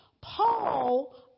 Paul